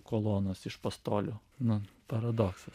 kolonos iš pastolių na paradoksas